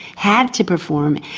had to perform,